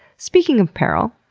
speaking of peril,